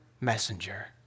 messenger